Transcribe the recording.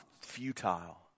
futile